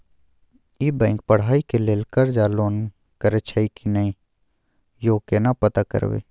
ई bank पढ़ाई के लेल कर्ज आ लोन करैछई की नय, यो केना पता करबै?